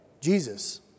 Jesus